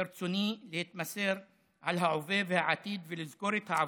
ברצוני להתמסר להווה ולעתיד ולסגור את העבר,